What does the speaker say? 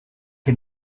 que